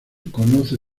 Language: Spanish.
conoce